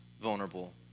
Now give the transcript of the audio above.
vulnerable